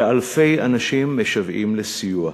ואלפי אנשים משוועים לסיוע.